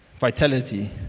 vitality